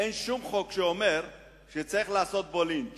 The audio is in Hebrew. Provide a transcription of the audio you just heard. אין שום חוק שאומר שצריך לעשות בו לינץ',